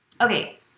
Okay